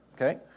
Okay